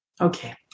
Okay